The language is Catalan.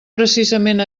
precisament